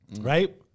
right